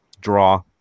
draw